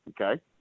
okay